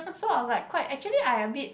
so I was like quite actually I a bit